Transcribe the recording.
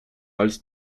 als